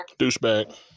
douchebag